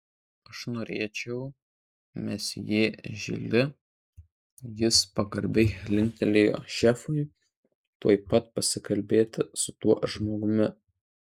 aš norėčiau mesjė žili jis pagarbiai linktelėjo šefui tuoj pat pasikalbėti su tuo žmogumi